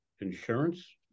insurance